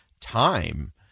time